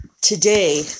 today